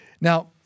Now